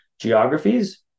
geographies